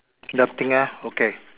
nothing ah okay